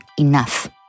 enough